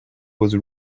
was